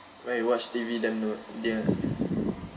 where you watch T_V then note ah